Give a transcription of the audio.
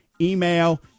email